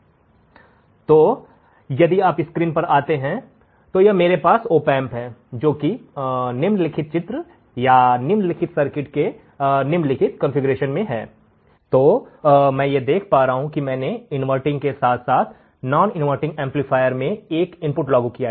इसलिए यदि आप स्क्रीन पर देखते हैं तो यह मेरे पास ओपेंप है जोकि निम्नलिखित चित्र या निम्नलिखित सर्किट के निम्नलिखित कंफीग्रेशन में है तो मैं यह देख पा रहा हूं कि मैंने इनवर्टिंग के साथ साथ नॉन इनवर्टिंग एम्पलीफायर में एक इनपुट लागू किया है